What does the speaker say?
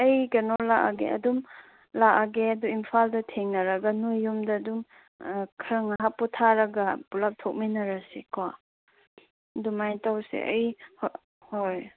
ꯑꯩ ꯀꯩꯅꯣ ꯂꯥꯛꯑꯒꯦ ꯑꯗꯨꯝ ꯂꯥꯛꯑꯒꯦ ꯑꯗꯨ ꯏꯝꯐꯥꯜꯗ ꯊꯦꯡꯅꯔꯒ ꯅꯣꯏ ꯌꯨꯝꯗ ꯑꯗꯨꯝ ꯈꯔ ꯉꯥꯏꯍꯥꯛ ꯄꯣꯊꯥꯔꯒ ꯄꯨꯜꯂꯞ ꯊꯣꯛꯃꯤꯟꯅꯔꯁꯤꯀꯣ ꯑꯗꯨꯃꯥꯏ ꯇꯧꯔꯁꯦ ꯑꯩ ꯍꯣꯏ